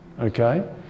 okay